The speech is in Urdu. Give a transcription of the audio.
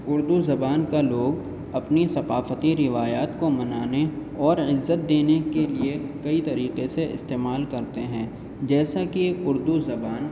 اردو زبان کا لوگ اپنی ثقافتی روایات کو منانے اور عزت دینے کے لیے کئی طریقے سے استعمال کرتے ہیں جیسا کہ اردو زبان